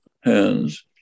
hands